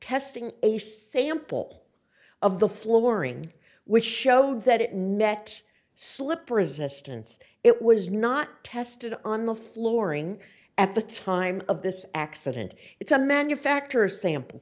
testing a sample of the flooring which showed that it net slippery as a stance it was not tested on the flooring at the time of this accident it's a manufactor sample